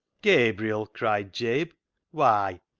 gabriel? cried jabe why,